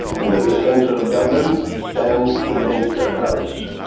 and at the center of dublin stands leinster house.